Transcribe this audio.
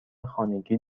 خانگی